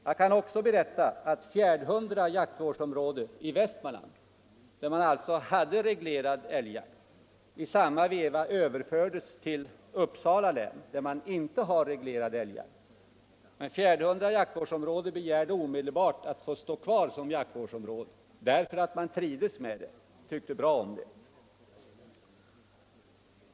Jag kan också berätta att Fjärdhundra jaktvårdsområde i Västmanland, där man hade reglerad älgjakt, i samma veva överfördes till Uppsala län, där man inte har reglerad älgjakt. Men Fjärdhundra jaktvårdsområde begärde omedelbart att få vara kvar som jaktvårdsområde, därför att man trivdes med det, tyckte bra om det.